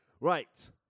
Right